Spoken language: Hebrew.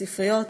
ספריות,